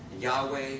Yahweh